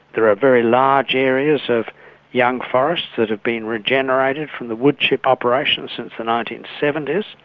there are very large areas of young forests that have been regenerated from the woodchip operations since the nineteen seventy s,